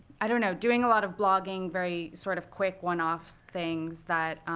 i don't know doing a lot of blogging, very sort of quick, one-off things that